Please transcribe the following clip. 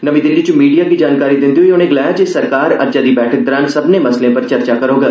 नमीं दिल्ली च मीडिया गी जानकारी दिंदे होई उनें गलाया जे सरकार अज्जै दी बैठक दौरान सब्मनें मसलें पर चर्चा करोग